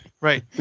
Right